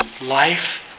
life